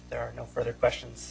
there are no further questions